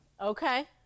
okay